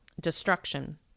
destruction